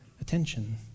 attention